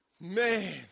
man